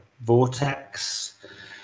Vortex